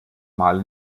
mal